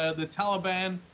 ah the taliban